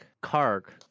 Karg